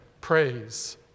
praise